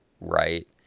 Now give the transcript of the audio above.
right